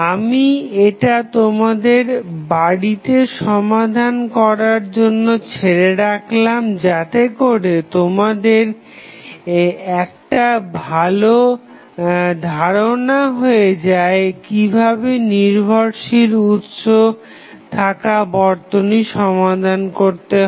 আমি এটা তোমাদের বাড়িতে সমাধান করার জন্য ছেড়ে রাখলাম যাতেকরে তোমাদের একটা ভালো ধারণা হয়ে যায় যে কিভাবে নির্ভরশীল উৎস থাকা বর্তনী সমাধান করতে হয়